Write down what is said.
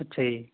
ਅੱਛਾ ਜੀ